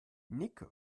nick